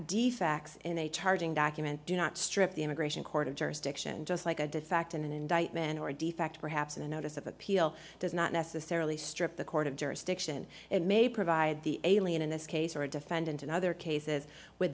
defects in a charging document do not strip the immigration court of jurisdiction just like a defect in an indictment or defect perhaps a notice of appeal does not necessarily strip the court of jurisdiction it may provide the alien in this case or a defendant in other cases w